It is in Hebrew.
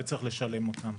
וצריך לשלם אותם.